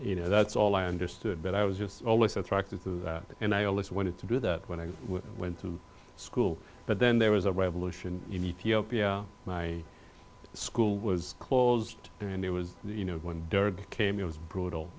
you know that's all i understood but i was just all this attracted to that and i always wanted to do that when i went to school but then there was a revolution in ethiopia my school was closed and it was you know when